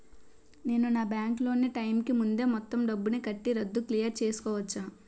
నేను నా bank loan నీ టైం కీ ముందే మొత్తం డబ్బుని కట్టి రద్దు క్లియర్ చేసుకోవచ్చా?